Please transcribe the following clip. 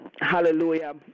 Hallelujah